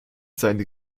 seine